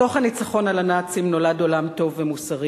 מתוך הניצחון על הנאצים נולד עולם טוב ומוסרי